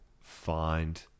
find